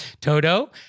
Toto